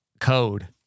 code